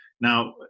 Now